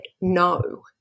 no